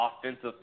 offensive